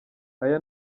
aya